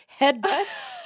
headbutt